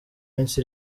minsi